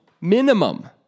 Minimum